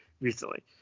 recently